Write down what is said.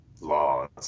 laws